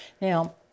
Now